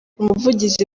umuvugizi